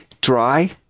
dry